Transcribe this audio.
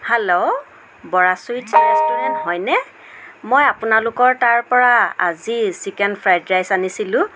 hello Bora চুইতছ restaurant হয়নে মই আপোনালোকৰ তাৰপৰা আজি চিকেন ফ্ৰীইদ ৰাইচ আনিছিলোঁ